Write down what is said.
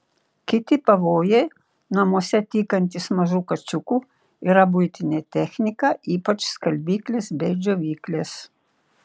kiti pavojai namuose tykantys mažų kačiukų yra buitinė technika ypač skalbyklės bei džiovyklės